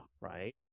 right